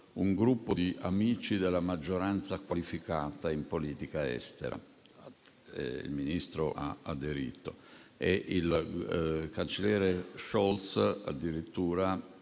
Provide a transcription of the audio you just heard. un "gruppo di amici" della maggioranza qualificata in politica estera, cui il Ministro ha aderito. Il cancelliere Scholz, nel suo